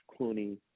Clooney